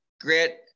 grit